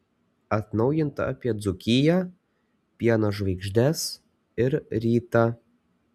atnaujinta apie dzūkiją pieno žvaigždes ir rytą